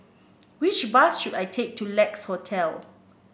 which bus should I take to Lex Hotel